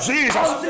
Jesus